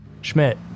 Schmidt